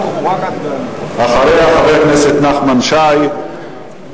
חבר הכנסת נחמן שי,